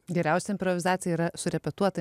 geriausia improvizacija yra surepetuota